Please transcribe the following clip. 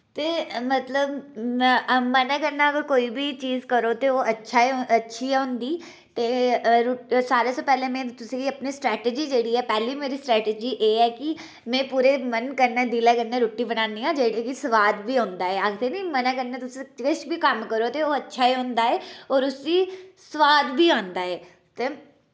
ते मतलब मनै कन्नै अगर कोई बी चीज करो ते ओह् अच्छा ही अच्छी ही होंदी ते सारे शा पैह्ले मैं तुसें गी अपनी स्ट्रैटेजी जेह्ड़ी ऐ पैह्ली मेरी स्ट्रैटेजी एह् ऐ के में पूरे मन कन्नै दिलै कन्नै रुट्टी बनान्नी आं जेह्ड़ी कि स्वाद बी होंदा ऐ आखदे नी मनै कन्नै तुस किश बी कम्म करो ते ओह् अच्छा ही होंदा ऐ और उसी सुाद बी औंदा ऐ ते